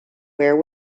where